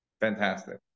Fantastic